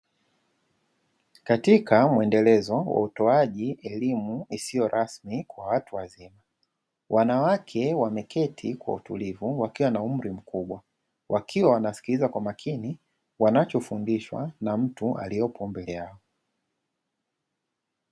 Hakika mwendelezo wa utoaji elimu isiyo rasmi kwa watu wazima. Wanawake wameketi kwa utulivu wakiwa na umri mkubwa, wakiwa wanasikiliza kwa makini wanachofundishwa na mtu aliyepo mbele yao.